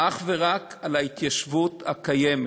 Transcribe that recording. אך ורק להתיישבות הקיימת.